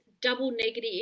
double-negative